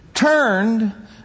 Turned